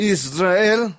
Israel